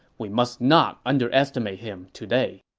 we must not underestimate him today.